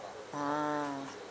ah